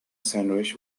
sandwich